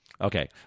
Okay